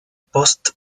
post